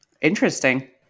Interesting